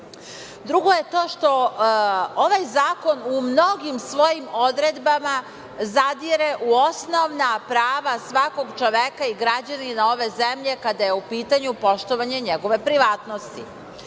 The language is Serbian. stvar. Drugo je to što ovaj zakon u mnogim svojim odredbama zadire u osnovna prava svakog čoveka i građanina ove zemlje kada je u pitanju poštovanje njegove privatnosti.